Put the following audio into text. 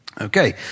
Okay